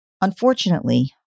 Unfortunately